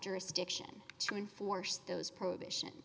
jurisdiction to enforce those prohibition